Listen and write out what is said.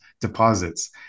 deposits